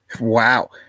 Wow